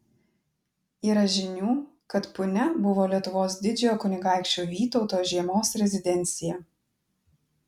yra žinių kad punia buvo lietuvos didžiojo kunigaikščio vytauto žiemos rezidencija